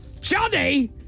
Johnny